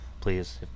please